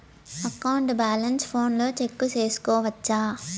account balance ఫోనులో check సేసుకోవచ్చా